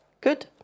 Good